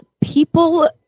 people